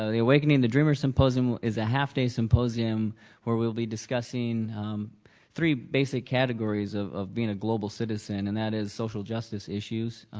ah the awakening the dreamer symposium is a half day symposium where we'll be discussing three basic categories of of being a global citizen and that is social justice issues,